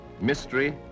mystery